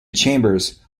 chambers